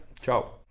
Ciao